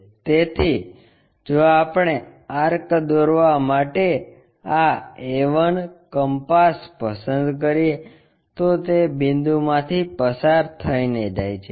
તેથી જો આપણે આર્ક દોરવા માટે આ a 1 કમ્પાસ પસંદ કરીએ તો તે તે બિંદુમાંથી પસાર થઈને જાય છે